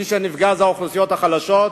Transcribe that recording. מי שנפגע זה האוכלוסיות החלשות,